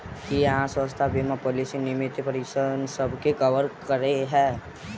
की अहाँ केँ स्वास्थ्य बीमा पॉलिसी नियमित परीक्षणसभ केँ कवर करे है?